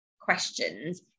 questions